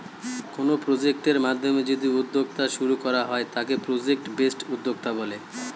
কোনো প্রজেক্টের মাধ্যমে যদি উদ্যোক্তা শুরু করা হয় তাকে প্রজেক্ট বেসড উদ্যোক্তা বলে